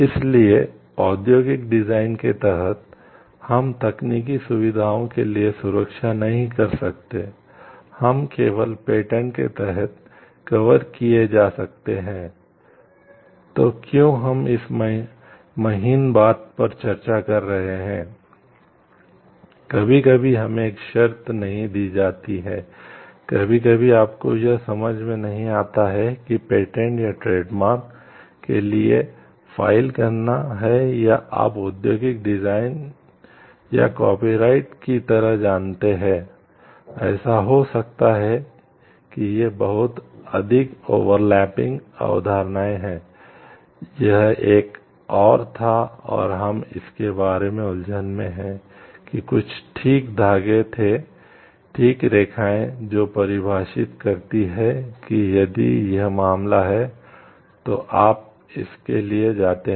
इसलिए औद्योगिक डिजाइन अवधारणाएं हैं यह एक और था और हम इसके बारे में उलझन में हैं कि कुछ ठीक धागे थे ठीक रेखाएं जो परिभाषित करती हैं कि यदि यह मामला है तो आप इसके लिए जाते हैं